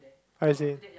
I see